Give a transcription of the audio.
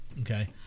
Okay